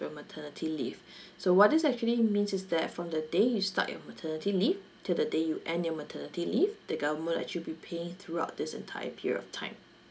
your maternity leave so what this actually means is that from the day you start your maternity leave till the day you end your maternity leave the government actually be paying throughout this entire period of time